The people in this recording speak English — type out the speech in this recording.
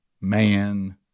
man